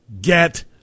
get